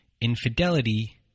infidelity